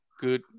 good